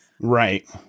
right